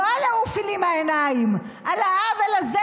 לא על ה"עופי לי מהעיניים"; על העוול הזה,